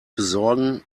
besorgen